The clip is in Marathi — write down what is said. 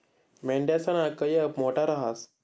मेंढयासना कयप मोठा रहास